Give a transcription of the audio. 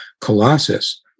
Colossus